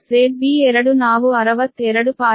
ZB2 ನಾವು 62